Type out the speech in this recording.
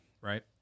right